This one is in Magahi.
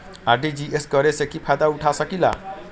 आर.टी.जी.एस करे से की फायदा उठा सकीला?